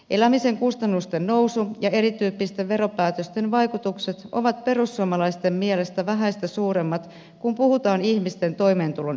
elämisen kustannusten nousu ja erityyppisten veropäätösten vaikutukset ovat perussuomalaisten mielestä vähäistä suuremmat kun puhutaan ihmisten toimeentulon edellytyksistä